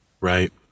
right